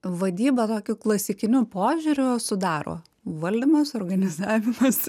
vadybą tokiu klasikiniu požiūriu sudaro valdymas organizavimas